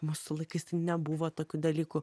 mūsų laikais tai nebuvo tokių dalykų